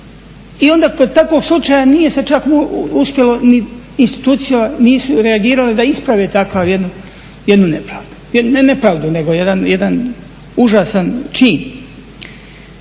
I onda kod takvog slučaja nije se čak uspjelo ni institucije nisu reagirale da isprave takvu jednu nepravdu. Ne nepravdu, nego jedan užasan čin.